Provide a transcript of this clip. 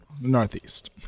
Northeast